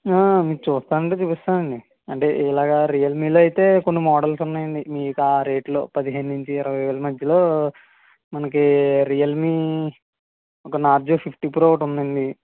మీరు చూస్తానంటే చూపిస్తానండి అంటే ఇలాగా రియల్మీ లో అయితే కొన్ని మోడల్స్ ఉన్నాయండి మీకు ఆ రేట్ లో పదిహేను నుంచి ఇరవై వేలు మధ్యలో మనకు రియల్ మీ ఒక నార్జో ఫిఫ్టీ ప్రో ఒకటి ఉందండి